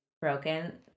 broken